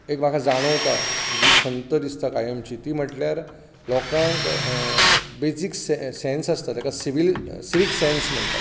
एक म्हाका जाणवता जी खंत दिसता कायमची ती म्हणल्यार लोकांक बेसीक सेन्स आसता जाका सिवील सिवीक सेन्स म्हणटात